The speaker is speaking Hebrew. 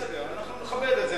בסדר, אנחנו נכבד את זה.